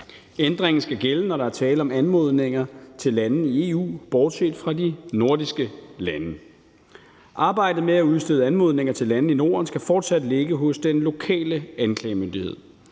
Ændringen skal gælde, når der er tale om anmodninger til lande i EU bortset fra de nordiske lande. Arbejdet med at udstede anmodninger til lande i Norden skal fortsat ligge hos den lokale anklagemyndighed.